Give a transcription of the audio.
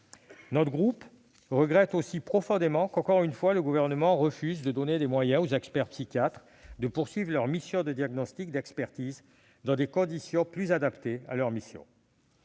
Notre groupe regrette aussi profondément que le Gouvernement refuse encore une fois de donner les moyens aux experts psychiatres de poursuivre leur mission de diagnostic et d'expertise dans des conditions plus adaptées à leurs missions.